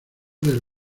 del